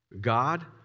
God